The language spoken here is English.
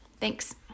Thanks